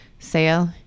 sale